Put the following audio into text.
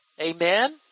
Amen